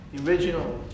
Original